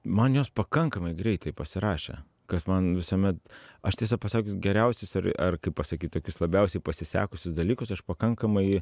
man jos pakankamai greitai pasirašė kas man visuomet aš tiesą pasakius geriausius ar ar kaip pasakyt tokius labiausiai pasisekusius dalykus aš pakankamai